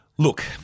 Look